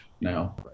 now